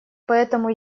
поэтому